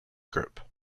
group